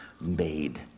made